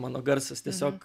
mano garsas tiesiog